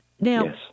Now